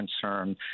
concern